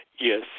Yes